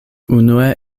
unue